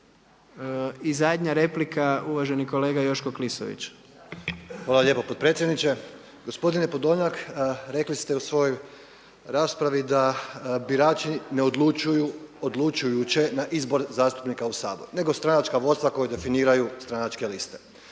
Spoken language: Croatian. I zadnja replika uvaženi kolega Joško Klisović. **Klisović, Joško (SDP)** Hvala lijepo potpredsjedniče. Gospodine Podolnjak, rekli ste u svojoj raspravi da birači ne odlučuju odlučujuće na izbor zastupnika u Sabor, nego stranačka vodstva koja definiraju stranačke liste.